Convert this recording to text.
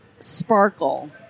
sparkle